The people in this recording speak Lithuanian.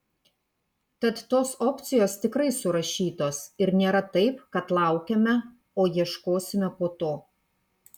tad tos opcijos tikrai surašytos ir nėra taip kad laukiame o ieškosime po to